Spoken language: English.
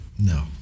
no